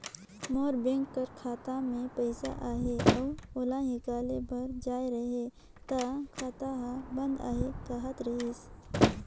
मोर bank कर खाता में पइसा अहे अउ ओला हिंकाले बर जाए रहें ता खाता हर बंद अहे कहत रहिस